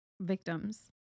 victims